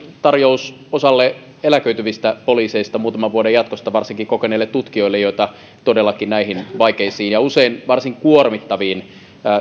tarjous osalle eläköityvistä poliiseista muutaman vuoden jatkosta varsinkin kokeneille tutkijoille joita todellakin näihin vaikeisiin ja usein varsin kuormittaviin